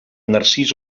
narcís